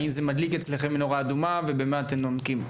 האם זה מדליק אצלכם איזושהי נורה אדומה ובמה אתם נוקטים?